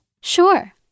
Sure